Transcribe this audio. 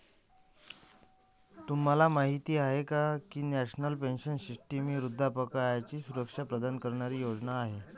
तुम्हाला माहिती आहे का की नॅशनल पेन्शन सिस्टीम ही वृद्धापकाळाची सुरक्षा प्रदान करणारी योजना आहे